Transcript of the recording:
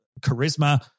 charisma